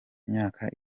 myaka